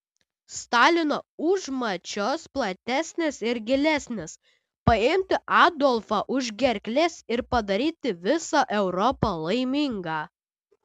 stalino užmačios platesnės ir gilesnės paimti adolfą už gerklės ir padaryti visą europą laimingą